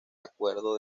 acuerdo